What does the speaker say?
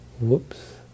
Whoops